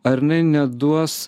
ar jinai neduos